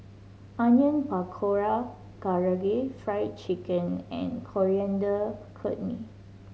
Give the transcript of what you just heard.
Onion Pakora Karaage Fried Chicken and Coriander Chutney